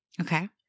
Okay